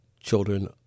Children